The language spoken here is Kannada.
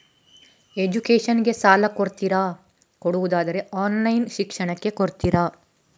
ಎಜುಕೇಶನ್ ಗೆ ಸಾಲ ಕೊಡ್ತೀರಾ, ಕೊಡುವುದಾದರೆ ಆನ್ಲೈನ್ ಶಿಕ್ಷಣಕ್ಕೆ ಕೊಡ್ತೀರಾ?